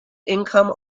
income